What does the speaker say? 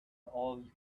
all